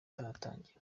yatangira